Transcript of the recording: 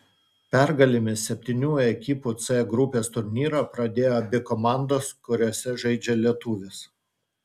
pergalėmis septynių ekipų c grupės turnyrą pradėjo abi komandos kuriose žaidžia lietuvės